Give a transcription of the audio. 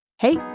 Hey